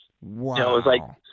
Wow